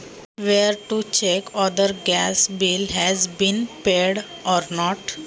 गॅसचे बिल भरले आहे की नाही हे कुठे तपासता येईल?